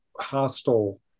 hostile